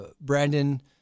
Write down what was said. Brandon